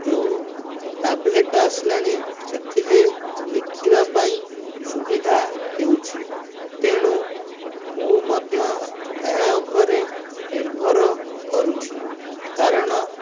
ଯେଉଁ ଟ୍ୟାବଲେଟ୍ ଆସିଲାଣି ସେଥିରେ ଲେଖିବା ପାଇଁ ସୁବିଧା ହେଉଛି ତେଣୁ ମୁଁ ମଧ୍ୟ ଏହା ଉପରେ ନିର୍ଭର କରୁଛି କାରଣ